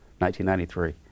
1993